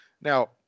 Now